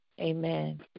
Amen